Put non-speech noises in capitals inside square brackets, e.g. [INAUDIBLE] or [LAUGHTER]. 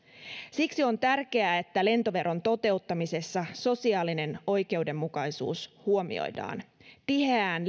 siksi on tärkeää että lentoveron toteuttamisessa sosiaalinen oikeudenmukaisuus huomioidaan tiheään [UNINTELLIGIBLE]